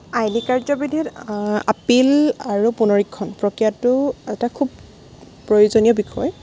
আইনী কাৰ্য্যবিধিত এপিল আৰু পুনৰীক্ষণ প্ৰক্ৰিয়াটো এটা খুব প্ৰয়োজনীয় বিষয়